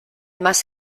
más